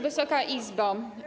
Wysoka Izbo!